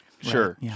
Sure